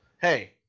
Hey